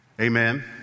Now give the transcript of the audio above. Amen